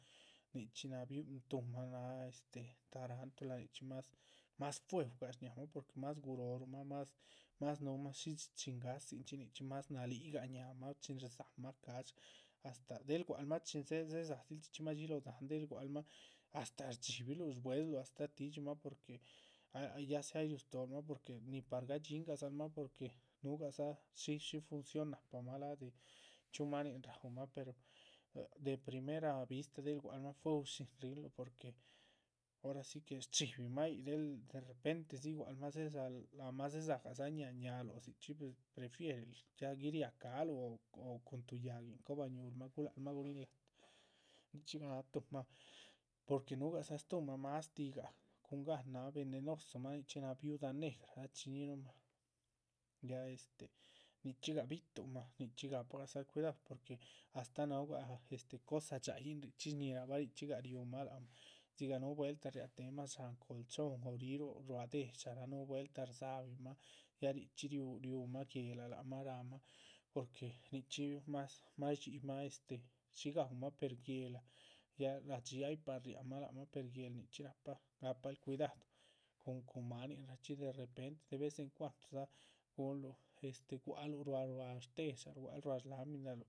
Nichxí náha tuhmah náha este tarantula nichxí más más fuehuga shñáhamah porque más guróhorumah más más núhumah shí dxíchingadzinchxi nichxí. más nalíhigah ñáahamah chin rdzámah cash astáh del gua´c lmah chin dzéhe dzéhedzal dzichxí mádxi lóho dahán dek guac´l mah astáh shdibiluh shbuesluh,. astáh tídximah, porque ah ya seá ay ripu stóhomah porque ni par gadxín gadzalmah porque núhugadza shí shí función nahpamah láha de chxíu máanin raúmah. pero deprimera vistadzi gua´cl mah fuehushín rihinuh porque ora si que shchíbimah yíc del derrepentedzi gua´cl mah dzéhe dzáhal ahmah dzédzalagah. ñáaha ñáañuh dzichxí pues prefierel ya giariah cáhaluh cuhun tuh yáhguin cobañúhulmah guláhalmah guríhn láhta nichxígah náha tuhmah porque núhugadza stúhumah. más tihgah cuhungan náa venenosomah nichxí náha viuda negra, rachiñíhinuhmah ya ya este nichxígah bituhunmah nichxí ga´padzal cuidaduh porque astáh núhugah. cosa dxáhayin nichxí shñíhirahmah ríchxigah riúmah dzigah núhu vueltah ra riáhtehemah dsháhan colchón o ríh rúa désha gah núh vueltah rdzábimah ya richxí. riú riúmah guéhla lác mah ráhamah, porque nichxí más más shdxíyimah este, shí gaúmah per guéhla ya rádxi aypah riáhamah lácmah per guéhl nichxí. nahpa gapahl cuidadu cun máaninraachxi derrepente de vez en cuandodza gunluh este gua´c luh ruá shdéshal ruá shlaminaluh.